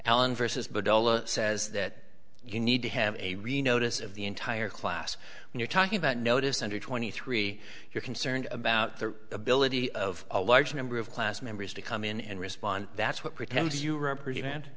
alan versus says that you need to have a really notice of the entire class you're talking about notice under twenty three you're concerned about the ability of a large number of class members to come in and respond that's what pretend you represent